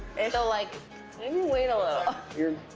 and like maybe wait a little.